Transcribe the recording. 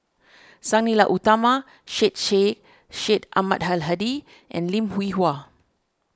Sang Nila Utama Syed Sheikh Syed Ahmad Al Hadi and Lim Hwee Hua